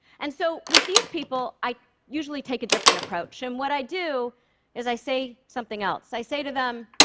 and so, with these people, i usually take a different approach. and what i do is i say something else. i say to them,